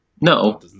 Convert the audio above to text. No